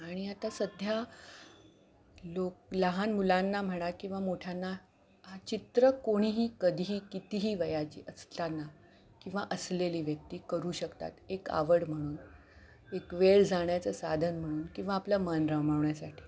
आणि आता सध्या लोक लहान मुलांना म्हणा किंवा मोठ्यांना हा चित्र कोणीही कधीही कितीही वयाची असताना किंवा असलेली व्यक्ती करू शकतात एक आवड म्हणून एक वेळ जाण्याचं साधन म्हणून किंवा आपलं मन रमवण्यासाठी